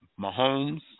Mahomes